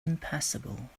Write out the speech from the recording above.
impassable